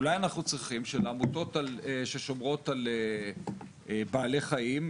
אולי אנחנו צריכים שלעמותות ששומרות על בעלי חיים,